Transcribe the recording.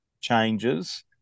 changes